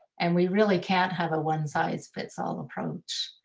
and we really can't have a one size fits all approach.